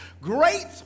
great